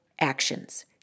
actions